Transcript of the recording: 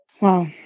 Wow